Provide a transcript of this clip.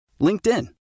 LinkedIn